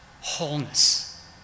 wholeness